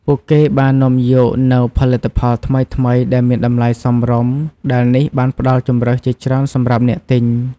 ពួកគេបាននាំយកមកនូវផលិតផលថ្មីៗដែលមានតម្លៃសមរម្យ ដែលនេះបានផ្តល់ជម្រើសជាច្រើនសម្រាប់អ្នកទិញ។